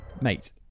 Mate